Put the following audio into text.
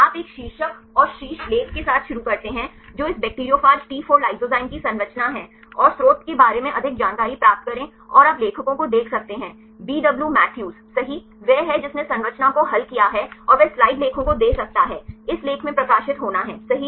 आप एक शीर्षक और शीर्ष लेख के साथ शुरू करते हैं जो इस बैक्टीरियोफेज टी 4 लाइसोजाइम की संरचना है और स्रोत के बारे में अधिक जानकारी प्राप्त करें और आप लेखकों को देख सकते हैं BW मैथ्यू सही वह है जिसने संरचना को हल किया है और वह स्लाइड लेखों को दे सकता है इस लेख में प्रकाशित होना है सही